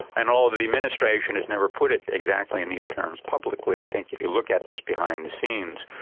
and although the administration has never put it exactly in these terms publicly, i think if you look at this behind the scenes,